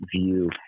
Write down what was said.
view